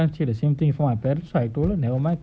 say the same thing before my parents so so I told her never mind